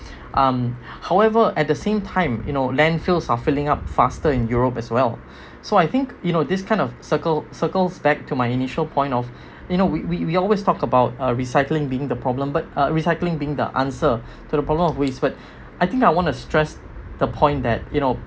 um however at the same time you know landfills are filling up faster in europe as well so I think you know this kind of circle circles back to my initial point of you know we we always talk about uh recycling being the problem but uh recycling being the answer to the problem of waste but I think I want to stress the point that you know